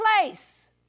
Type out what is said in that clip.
place